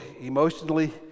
Emotionally